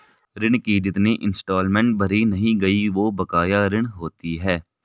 ऋण की जितनी इंस्टॉलमेंट भरी नहीं गयी वो बकाया ऋण होती है